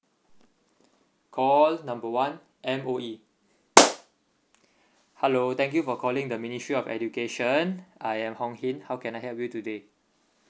call number one M_O_E hello thank you for calling the ministry of education I am hong hin how can I help you today